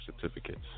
certificates